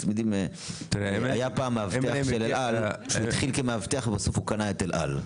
היה פעם מאבטח של אל-על שהתחיל כמאבטח ובסוף קנה את אל-על.